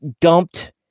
dumped